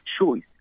choice